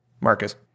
Marcus